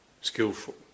skillful